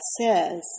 says